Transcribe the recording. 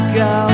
go